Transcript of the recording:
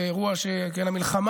זה אירוע של המלחמה.